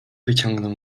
wyciągnął